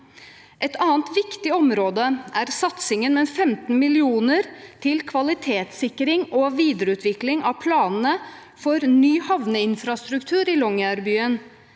Et annet viktig område er satsingen med 15 mill. kr til kvalitetssikring og videreutvikling av planene for ny havneinfrastruktur i Longyearbyen.